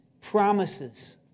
promises